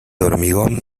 hormigón